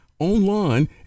Online